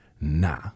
Nah